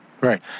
Right